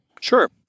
Sure